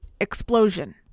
explosion